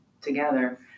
together